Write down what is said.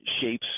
shapes